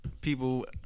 people